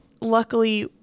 luckily